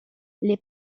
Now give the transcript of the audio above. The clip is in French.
les